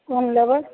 कोन लबै